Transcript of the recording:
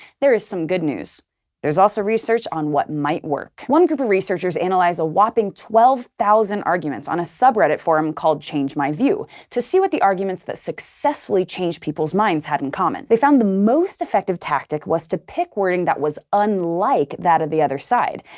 there is some good news there's also research on what might work. one group of researchers analyzed a whopping twelve thousand arguments on a subreddit forum called changemyview to see what the arguments that successfully changed people's minds had in common. they found the most effective tactic was to pick wording that was unlike that of the other side,